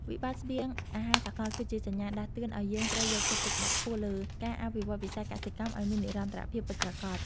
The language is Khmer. វិបត្តិស្បៀងអាហារសកល គឺជាសញ្ញាដាស់តឿនឱ្យយើងត្រូវយកចិត្តទុកដាក់ខ្ពស់លើការអភិវឌ្ឍវិស័យកសិកម្មឱ្យមាននិរន្តរភាពពិតប្រាកដ។